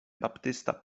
baptysta